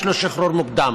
אני חוזר ומאפס.